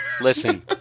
listen